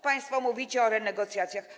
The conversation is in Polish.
Państwo mówicie o renegocjacjach.